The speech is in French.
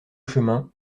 chemin